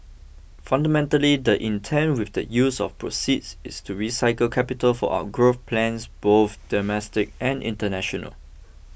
fundamentally the intent with the use of proceeds is to recycle capital for our growth plans both domestic and international